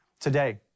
today